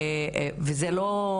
וזה לא,